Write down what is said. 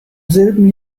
selben